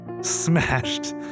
smashed